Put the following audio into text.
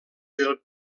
del